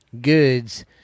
goods